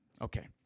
Okay